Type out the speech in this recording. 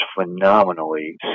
phenomenally